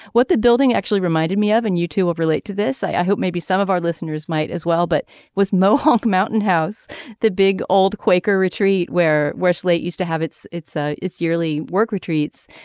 what the building actually reminded me of and you to relate to this i hope maybe some of our listeners might as well but was mohawk mountain house the big old quaker retreat where where slate used to have its its ah its yearly work retreats.